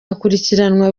hakurikiranwa